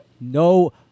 no